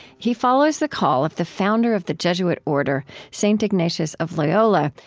he follows the call of the founder of the jesuit order, st. ignatius of loyola,